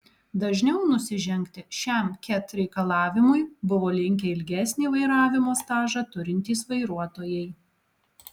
dažniau nusižengti šiam ket reikalavimui buvo linkę ilgesnį vairavimo stažą turintys vairuotojai